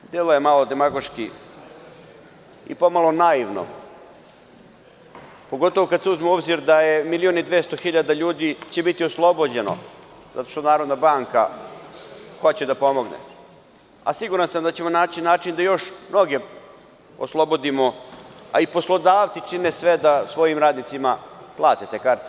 To jednostavno deluje malo demagoški i pomalo naivno, pogotovo kada se uzme u obzir da će 1.200.000 ljudi biti oslobođeno, zato što Narodna banka hoće da pomogne, a siguran sam da ćemo naći način da još mnoge oslobodimo, a i poslodavci čine sve da svojim radnicima plate te kartice.